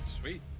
Sweet